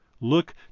Look